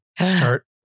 start